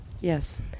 yes